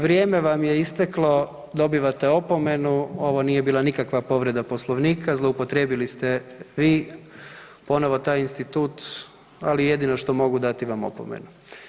Vrijeme vam je isteklo, dobivate opomenu, ovo nije bila nikakva povreda Poslovnika zloupotrijebili ste vi ponovo taj institut, ali jedino što mogu dati vam opomenu.